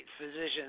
physicians